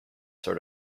sort